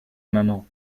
maman